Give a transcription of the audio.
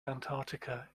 antarctica